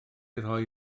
rhoi